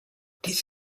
dies